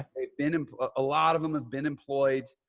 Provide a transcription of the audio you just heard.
they've been in a lot of them have been employed.